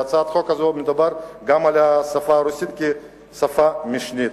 בהצעת החוק הזאת מדובר גם על השפה הרוסית כשפה משנית.